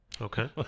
okay